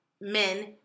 men